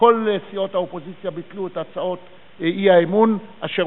שכל סיעות האופוזיציה ביטלו את הצעות האי-אמון אשר